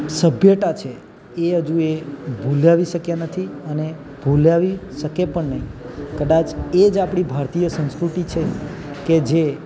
સભ્યતા છે એ હજુ એ ભુલાવી શક્યા નથી અને ભુલાવી શકે પણ નહીં કદાચ એ જ આપણી ભારતીય સંસ્કૃતિ છે કે જે